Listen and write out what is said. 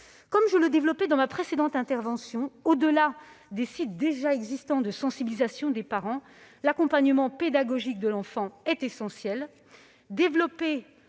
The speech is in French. Comme je le développais dans ma précédente intervention, au-delà des sites déjà existants de sensibilisation des parents, l'accompagnement pédagogique de l'enfant est essentiel. Il